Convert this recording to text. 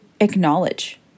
acknowledge